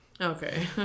okay